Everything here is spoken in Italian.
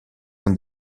con